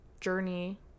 journey